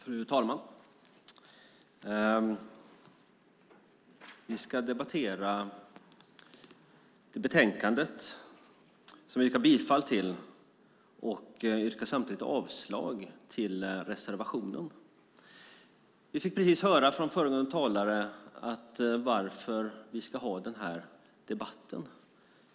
Fru talman! Jag yrkar bifall till förslaget i det betänkande vi nu debatterar och avslag på reservationen. Föregående talare frågade precis varför vi ska ha den här debatten.